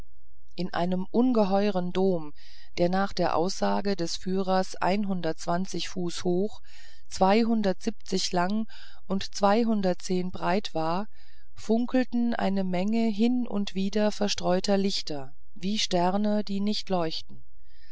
in einem ungeheuren dom der nach der aussage des führers einhundertzwanzig fuß hoch zweihundertsiebzig lang und zweihundertzehn breit war funkelten eine menge hin und wider zerstreuter lichter wie sterne die nicht leuchten